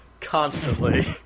constantly